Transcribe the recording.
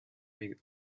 mid